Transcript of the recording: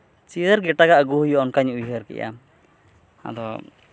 ᱪᱤᱭᱟᱹᱨ ᱮᱴᱟᱜᱟᱜ ᱟᱹᱭᱩᱜ ᱦᱩᱭᱩᱜᱼᱟ ᱚᱱᱠᱟᱧ ᱩᱭᱦᱟᱹᱨ ᱠᱮᱜᱼᱟ ᱟᱫᱚ